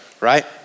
right